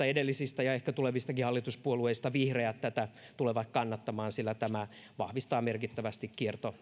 edellisistä ja ehkä tulevistakin hallituspuolueista ainakin vihreät tätä tulevat kannattamaan sillä tämä vahvistaa merkittävästi